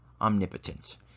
omnipotent